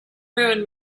ruin